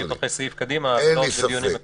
נתקדם סעיף אחרי סעיף קדימה --- אין לי ספק,